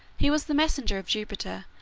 he was the messenger of jupiter,